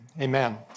amen